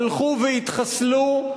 הלכו והתחסלו,